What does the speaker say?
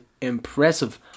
impressive